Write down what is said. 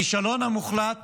הכישלון המוחלט